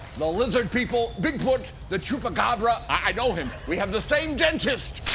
the lizard people, bigfoot, the chupacabra. i know him. we have the same dentist.